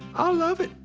i love it.